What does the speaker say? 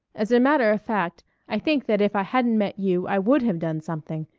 as a matter of fact i think that if i hadn't met you i would have done something.